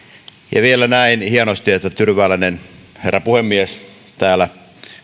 ja vielä näin hienosti että tyrvääläinen herra puhemies täällä